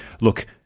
Look